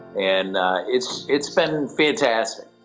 and it's it's been fantastic.